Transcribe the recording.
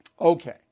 Okay